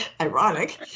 ironic